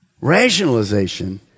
Rationalization